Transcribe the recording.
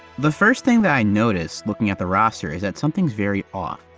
the first thing that i notice looking at the roster is that something's very off.